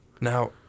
Now